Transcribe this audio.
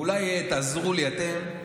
ואולי תעזרו לי אתם,